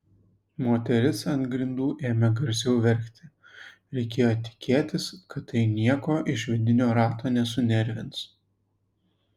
moteris ant grindų ėmė garsiau verkti reikėjo tikėtis kad tai nieko iš vidinio rato nesunervins